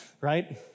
right